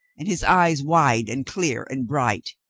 and his eyes wide and clear and bright.